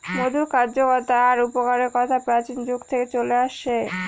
মধুর কার্যকতা আর উপকারের কথা প্রাচীন যুগ থেকে চলে আসছে